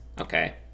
okay